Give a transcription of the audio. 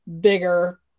bigger